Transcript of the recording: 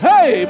Hey